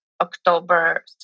October